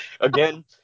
Again